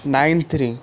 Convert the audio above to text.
nine three